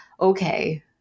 Okay